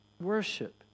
Worship